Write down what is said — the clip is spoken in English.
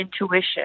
intuition